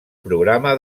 programa